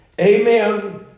Amen